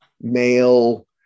male